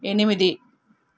ఎనిమిది